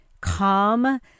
calm